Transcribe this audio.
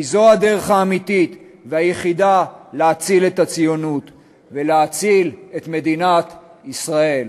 כי זו הדרך האמיתית והיחידה להציל את הציונות ולהציל את מדינת ישראל.